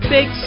Big